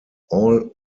all